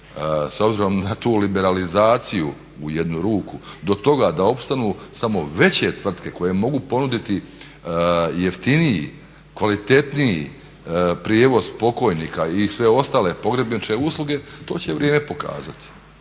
s obzirom na tu liberalizaciju u jednu ruku do toga da opstanu samo veće tvrtke koje mogu ponuditi jeftiniji, kvalitetniji prijevoz pokojnika i sve ostale pogrebničke usluge to će vrijeme pokazati